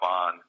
on